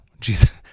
jesus